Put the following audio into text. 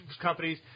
companies